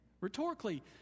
rhetorically